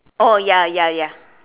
oh ya ya ya